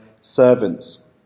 servants